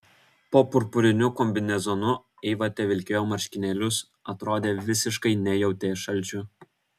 po purpuriniu kombinezonu eiva tevilkėjo marškinėlius atrodė visiškai nejautė šalčio